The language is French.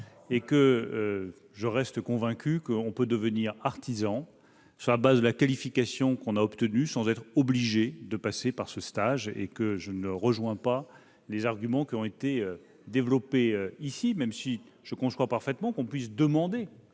et que je reste convaincu qu'on peut devenir artisan sur la base de la qualification qu'on a obtenue, sans être obligé de passer par ce stage. Je ne partage donc pas les arguments qui ont été développés ici, tout en concevant parfaitement qu'on puisse demander,